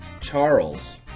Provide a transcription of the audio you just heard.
Charles